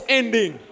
ending